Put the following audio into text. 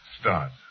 start